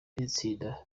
n’itsinda